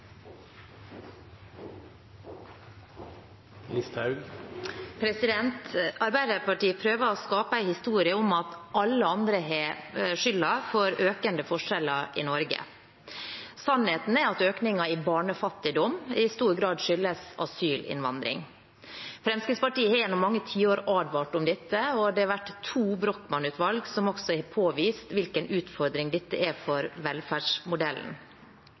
Arbeiderpartiet prøver å skape en historie om at alle andre har skylden for økende forskjeller i Norge. Sannheten er at økningen i barnefattigdom i stor grad skyldes asylinnvandring. Fremskrittspartiet har gjennom mange tiår advart mot dette, og det har vært to Brochmann-utvalg som også har påvist hvilken utfordring dette er for velferdsmodellen.